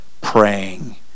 praying